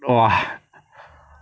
!wah!